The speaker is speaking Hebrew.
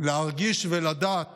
להרגיש ולדעת